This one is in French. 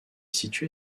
située